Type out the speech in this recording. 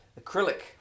acrylic